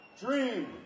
dream